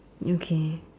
okay